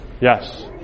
Yes